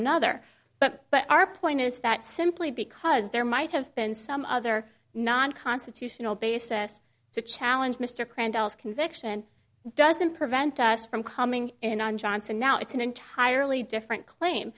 another but but our point is that simply because there might have been some other non constitutional basis to challenge mr crandall is conviction doesn't prevent us from coming in on johnson now it's an entirely different claim